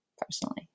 personally